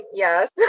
yes